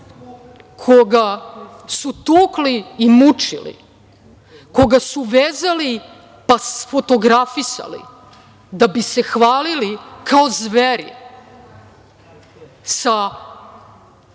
koga su tukli i mučili, koga su vezali, pa fotografisali da bi se hvalili kao zveri sa